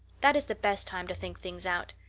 that is the best time to think things out.